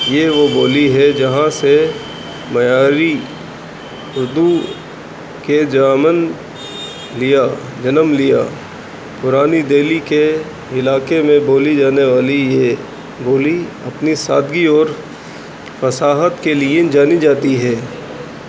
یہ وہ بولی ہے جہاں سے معیاری اردو کے جامن لیا جنم لیا پرانی دہلی کے علاقے میں بولی جانے والی یہ بولی اپنی سادگی اور فصاحت کے لیے جانی جاتی ہے